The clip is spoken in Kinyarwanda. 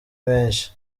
menshi